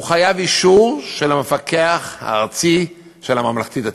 הוא חייב אישור של המפקח הארצי של הממלכתי-דתי.